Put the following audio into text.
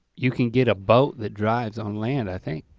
you can get a boat that drives on land i think.